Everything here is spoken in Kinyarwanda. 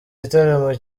gitaramo